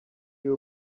you